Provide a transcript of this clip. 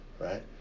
Right